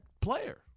player